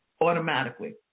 automatically